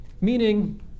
Meaning